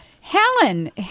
Helen